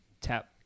tap